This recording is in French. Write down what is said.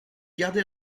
gardez